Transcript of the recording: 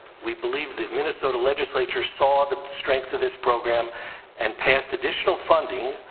we believe the minnesota legislature saw the strength of this program and passed additional funding,